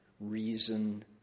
reason